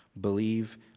Believe